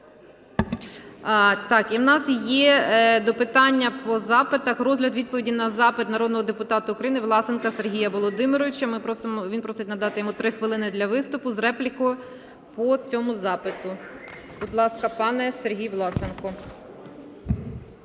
І в нас є до питання по запитах розгляд відповіді на запит народного депутата України Власенка Сергія Володимировича. Він просить надати йому 3 хвилини для виступу з реплікою по цьому запиту. Будь ласка, пан Сергій Власенко.